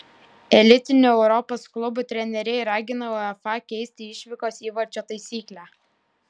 elitinių europos klubų treneriai ragina uefa keisti išvykos įvarčio taisyklę